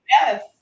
Yes